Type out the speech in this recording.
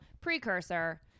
precursor